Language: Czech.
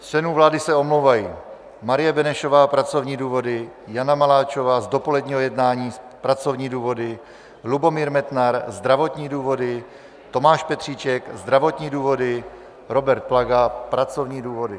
Z členů vlády se omlouvají: Marie Benešová pracovní důvody, Jana Maláčová z dopoledního jednání pracovní důvody, Lubomír Metnar zdravotní důvody, Tomáš Petříček zdravotní důvody, Robert Plaga pracovní důvody.